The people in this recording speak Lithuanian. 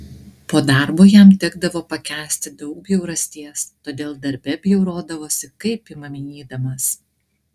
po darbo jam tekdavo pakęsti daug bjaurasties todėl darbe bjaurodavosi kaip įmanydamas